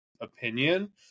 opinion